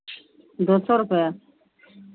दो सौ रुपैया